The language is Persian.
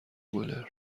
گلر